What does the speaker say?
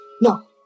No